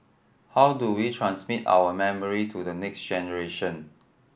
how do we transmit our memory to the next generation